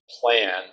plan